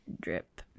drip